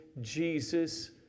Jesus